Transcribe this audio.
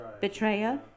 Betrayer